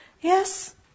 yes